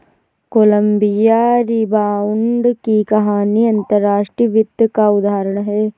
Colombia rebound की कहानी अंतर्राष्ट्रीय वित्त का उदाहरण है